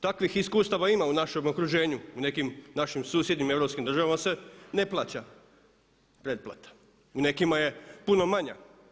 Takvih iskustava ima u našem okruženju, u nekim našim susjednim europskim državama se ne plaća pretplata, u nekima je puno manja.